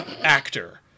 actor